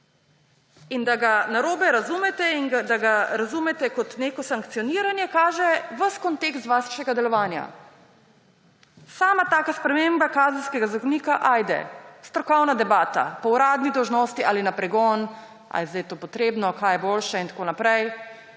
Da ga narobe razumete in da ga razumete kot neko sankcioniranje, kaže ves kontekst vašega delovanja. Sama taka sprememba Kazenskega zakonika – ajde, strokovna debata, po uradni dolžnosti ali na pregon, ali je zdaj to potrebno, kaj je boljše in tako naprej.